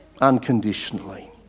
unconditionally